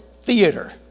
theater